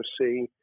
see